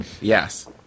Yes